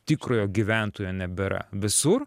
tikrojo gyventojo nebėra visur